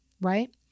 right